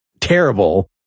terrible